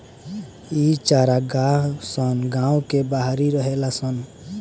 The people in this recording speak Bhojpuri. इ चारागाह सन गांव के बाहरी रहेला सन